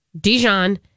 Dijon